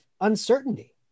uncertainty